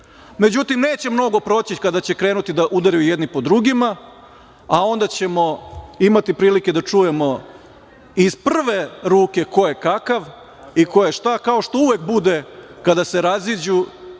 Međutim, neće mnogo proći kada će krenuti da udaraju jedni po drugima, a onda ćemo imati prilike da čujemo iz prve ruke ko je kakav i ko je šta, kao što uvek bude kada se raziđu